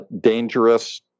dangerous